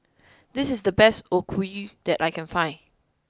this is the best Okayu that I can find